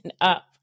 up